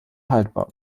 haltbar